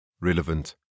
relevant